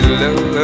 love